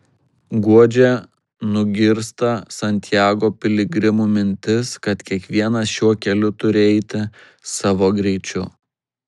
guodžia nugirsta santiago piligrimų mintis kad kiekvienas šiuo keliu turi eiti savo greičiu